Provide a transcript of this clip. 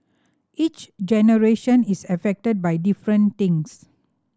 each generation is affected by different things